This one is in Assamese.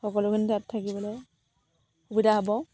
সকলোখিনি তাত থাকিবলৈ সুবিধা হ'ব